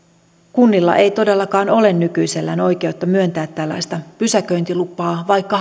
kunnilla ei todellakaan ole nykyisellään oikeutta myöntää tällaista pysäköintilupaa vaikka